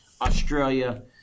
Australia